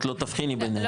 את לא תבחיני ביניהם.